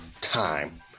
time